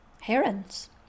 Herons